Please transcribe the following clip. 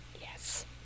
Yes